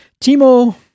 Timo